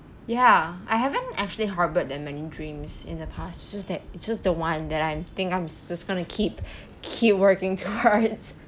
ya I haven't actually harboured that many dreams in the past it's just that it's just the one that I'm think I'm just going to keep keep working towards